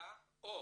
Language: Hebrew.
לוועדה או